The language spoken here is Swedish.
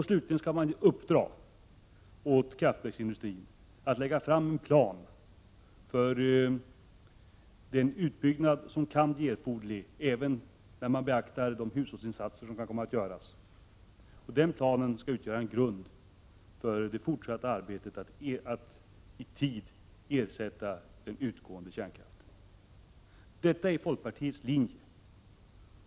Slutligen skall man uppdra åt kraftverksindustrin att lägga fram en plan för den utbyggnad som kan bli erforderlig även med beaktande av de hushållningsinsatser som skall göras. Denna plan skall utgöra en grund för det fortsatta arbetet att i tid ersätta den utgående kärnkraften. Detta är folkpartiets linje.